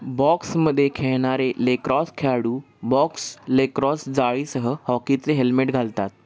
बॉक्समध्ये खेळणारे लेक्रॉस खेळाडू बॉक्स लेक्रॉस जाळीसह हॉकीतले हेल्मेट घालतात